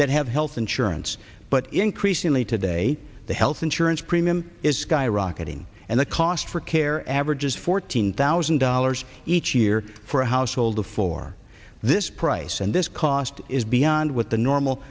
that have health insurance but increasingly today the health insurance premium is skyrocketing and the cost for care average is fourteen thousand dollars each year for a household of four this price and this cost is beyond what the normal